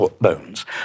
bones